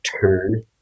turn